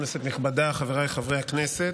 כנסת נכבדה, חבריי חברי הכנסת,